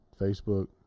facebook